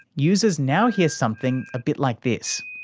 users now hear something a bit like this